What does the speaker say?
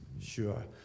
Sure